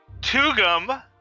Tugum